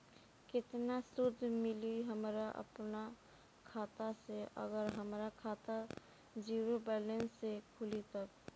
केतना सूद मिली हमरा अपना खाता से अगर हमार खाता ज़ीरो बैलेंस से खुली तब?